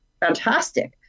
fantastic